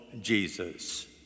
Jesus